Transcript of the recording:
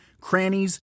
crannies